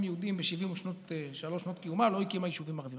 יהודיים ב-73 שנות קיומה ולא הקימו יישובים ערביים.